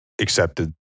accepted